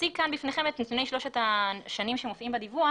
נציג כאן בפניכם את נתוני שלוש השנים שמופיעות בדיווח.